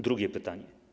Drugie pytanie.